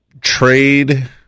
trade